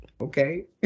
okay